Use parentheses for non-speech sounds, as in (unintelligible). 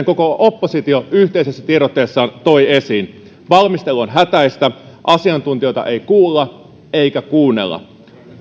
(unintelligible) koko oppositio yhteisessä tiedotteessaan toi esiin valmistelu on hätäistä asiantuntijoita ei kuulla eikä kuunnella